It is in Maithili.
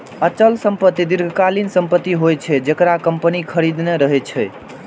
अचल संपत्ति दीर्घकालीन संपत्ति होइ छै, जेकरा कंपनी खरीदने रहै छै